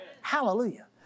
hallelujah